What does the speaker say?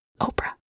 Oprah